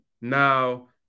Now